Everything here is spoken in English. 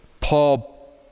Paul